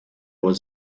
was